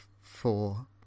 four